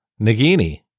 Nagini